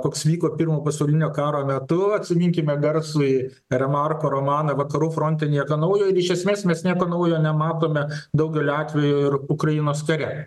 koks vyko pirmo pasaulinio karo metu atsiminkime garsųjį remarko romaną vakarų fronte nieko naujo ir iš esmės mes nieko naujo nematome daugeliu atvejų ir ukrainos kare